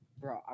bro